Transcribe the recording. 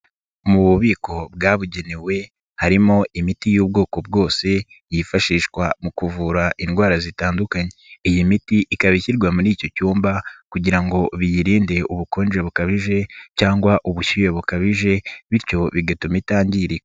Mu bubiko bwabugenewe harimo imiti y'ubwoko bwose yifashishwa mu kuvura indwara zitandukanye, iyi miti ikaba ishyirwa muri icyo cyumba kugira ngo biyirinde ubukonje bukabije cyangwa ubushyuhe bukabije bityo bigatuma itangirika.